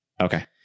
okay